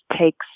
takes